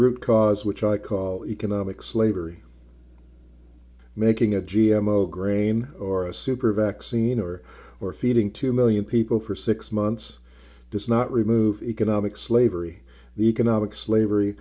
root cause which i call economic slavery making a g m o graeme or a super vaccine or or feeding two million people for six months does not remove economic slavery the economic slavery